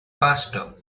faster